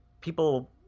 people